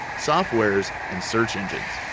softwares, and search engines.